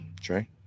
Trey